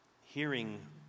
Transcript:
hearing